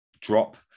drop